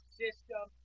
system